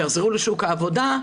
שיחזרו לשוק העבודה,